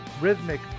rhythmic